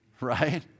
right